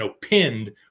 pinned